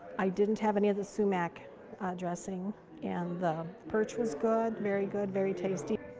i didn't have any of the sumac dressing and the birch was good, very good. very tasty.